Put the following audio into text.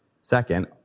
Second